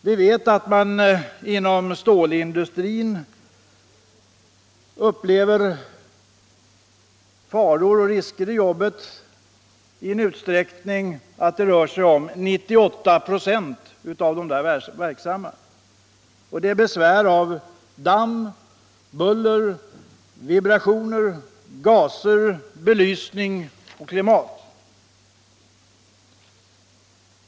Vi vet 1. ex. att 98 26 av människorna inom stålindustrin upplever faror och risker i jobbet. Det gäller besvär av damm, buller, vibrationer, gaser, belysning och klimat.